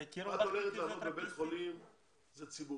בית חולים זה מקום ציבורי,